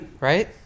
right